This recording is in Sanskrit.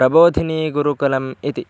प्रबोधिनीगुरुकुलम् इति